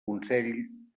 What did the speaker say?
consell